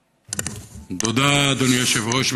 תודה, אדוני היושב-ראש.